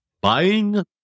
buying